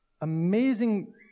amazing